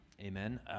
Amen